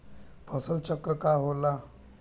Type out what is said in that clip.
फसल चक्र का होला?